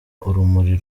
urumuri